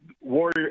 Warrior